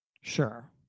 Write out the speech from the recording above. Sure